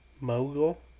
Mogul